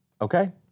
Okay